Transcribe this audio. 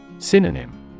Synonym